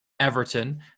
Everton